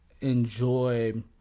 enjoy